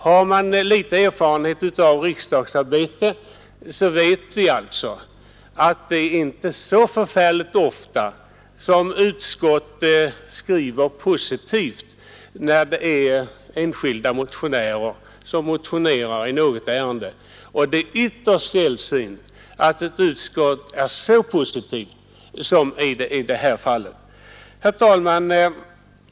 Har man litet erfarenhet av riksdagsarbete, så vet man att det inte är så förfärligt ofta som utskott skriver positivt, när enskilda ledamöter motionerar i något ärende, och det är ytterst sällsynt att ett utskott är så positivt som i det här fallet. Herr talman!